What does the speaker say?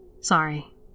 Sorry